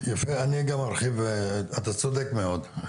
אתה צודק מאוד.